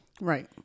Right